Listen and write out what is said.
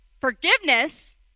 forgiveness